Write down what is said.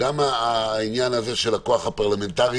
גם העניין הזה של הכוח הפרלמנטרי,